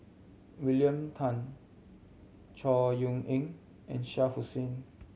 William Tan Chor Yeok Eng and Shah Hussain